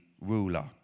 ruler